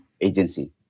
agency